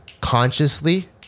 consciously